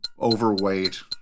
overweight